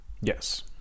Yes